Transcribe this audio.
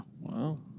Wow